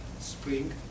spring